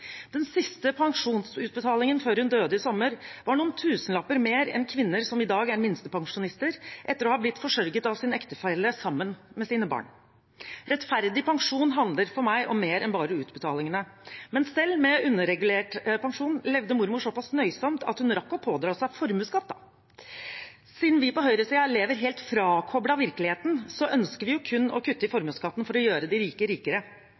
Den siste pensjonsutbetalingen før hun døde i sommer, var på noen tusenlapper mer enn det kvinner som i dag er minstepensjonister, får etter å ha blitt forsørget av sin ektefelle sammen med sine barn. Rettferdig pensjon handler for meg om mer enn bare utbetalingene. Men selv med underregulert pensjon levde mormor såpass nøysomt at hun rakk å pådra seg formuesskatt. Siden vi på høyresiden lever helt frakoblet virkeligheten, ønsker vi jo kun å kutte i formuesskatten for å gjøre de rike rikere.